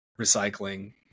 recycling